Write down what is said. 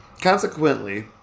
Consequently